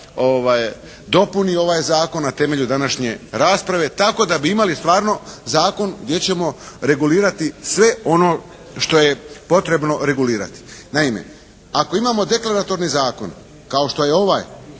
dopuni ovaj zakon na temelju današnje rasprave tako da bi imali stvarno zakon gdje ćemo regulirati sve ono što je potrebno regulirati. Naime, ako imamo deklaratorni zakon kao što je ovaj